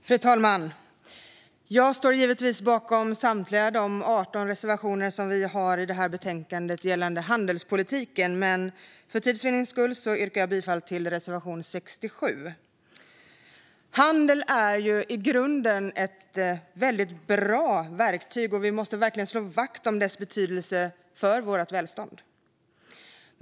Fru talman! Jag står givetvis bakom samtliga våra 18 reservationer i betänkandet gällande handelspolitiken, men för tids vinnande yrkar jag bifall endast till reservation 67. Handel är i grunden ett väldigt bra verktyg, och vi måste verkligen slå vakt om dess betydelse för vårt välstånd.